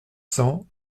cents